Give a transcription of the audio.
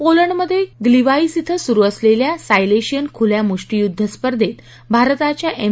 पोलंडमध्ये Gliwice इथं सुरु असलेल्या सायलेशियन खुल्या मुष्टीयुद्ध स्पर्धेत भारताच्या एम